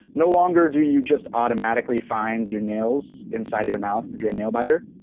no longer do you just automatically find your nails inside of your mouth if you're a nail bitter,